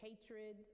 hatred